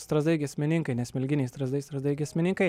strazdai giesmininkai ne smilginiai strazdai strazdai giesmininkai